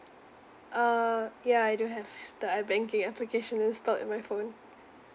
err ya I do have the I banking application installed in my phone